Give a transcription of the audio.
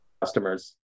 customers